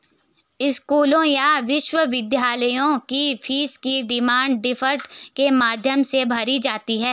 स्कूलों या विश्वविद्यालयों की फीस भी डिमांड ड्राफ्ट के माध्यम से भरी जाती है